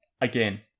again